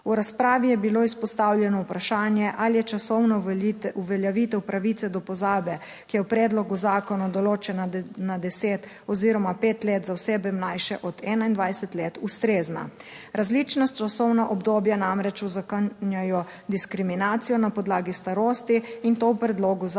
V razpravi je bilo izpostavljeno vprašanje ali je časovna uveljavitev pravice do pozabe, ki je v predlogu zakona določena na deset oziroma pet let za osebe mlajše od 21 let, ustrezna. Različna časovna obdobja namreč uzakonjajo diskriminacijo na podlagi starosti in to v predlogu zakona,